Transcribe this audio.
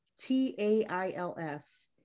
T-A-I-L-S